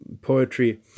poetry